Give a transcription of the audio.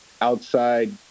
outside